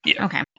Okay